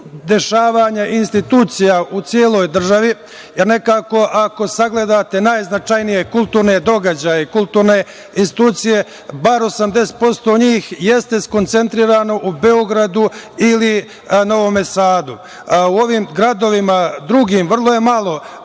dešavanja institucija u celoj državi, jer, nekako, ako sagledate najznačajnije kulturne događaje, kulturne institucije, bar 80% njih jeste skoncentrisano u Beogradu ili Novom Sadu. U ovim drugim gradovima vrlo je malo